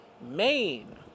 Maine